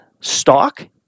stock